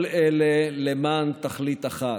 כל אלה למען תכלית אחת: